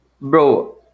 bro